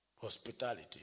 Hospitality